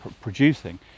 Producing